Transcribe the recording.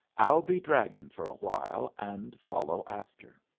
i'll be dragon for a while, and follow after.